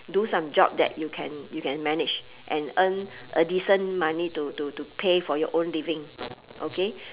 do some job that you can you can manage and earn a decent money to to to pay for your own living okay